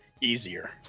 easier